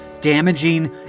damaging